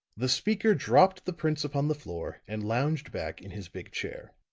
the speaker dropped the prints upon the floor and lounged back in his big chair.